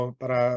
para